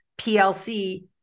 PLC